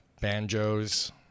banjos